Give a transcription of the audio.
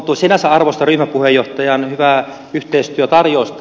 sinänsä arvostan ryhmäpuheenjohtajan hyvää yhteistyötarjousta